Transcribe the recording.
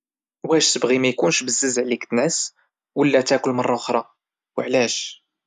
واش تبغي مييكونش بزز عليك تنعس اولى تاكل مرة خرا او علاش؟